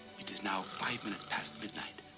now five minutes past midnight.